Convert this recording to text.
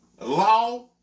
Law